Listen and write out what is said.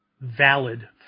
valid